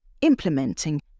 implementing